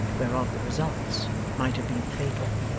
whereof the results might have been fatal.